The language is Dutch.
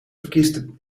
verkiest